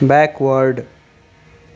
back ward